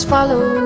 Follow